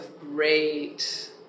great